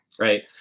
right